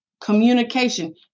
Communication